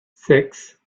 six